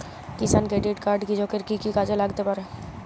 কিষান credit card কৃষকের কি কি কাজে লাগতে পারে?